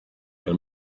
can